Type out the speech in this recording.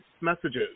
messages